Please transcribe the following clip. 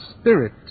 Spirit